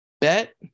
bet